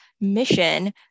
mission